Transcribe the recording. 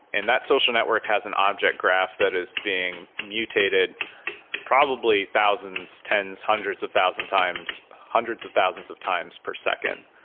and that social network has an object graph that is being mutated probably thousands, tens, hundreds of thousand times, hundreds of thousands of times per second.